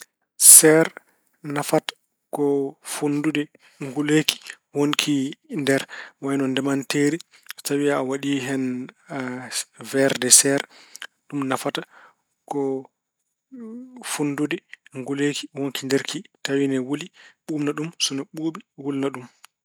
Seer nafata ko fonndude nguleeki wonki nder wayno ndemanteeri. So tawi a waɗi hen weer de seer, ɗum nafata ko fonndude nguleeki wonki nder ki. Tawi ina wuli ɓuuɓna ɗum, so ina ɓuubi wulna ɗum.